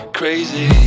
crazy